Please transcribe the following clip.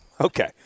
Okay